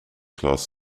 class